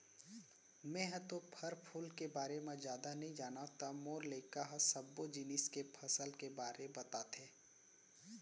मेंहा तो फर फूल के बारे म जादा नइ जानव त मोर लइका ह सब्बो जिनिस के फसल के बारे बताथे